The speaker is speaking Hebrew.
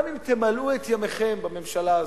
גם אם תמלאו את ימיכם בממשלה הזאת,